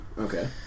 Okay